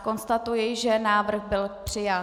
Konstatuji, že návrh byl přijat.